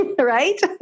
right